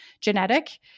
genetic